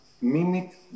mimic